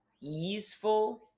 easeful